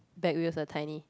back wheels are tiny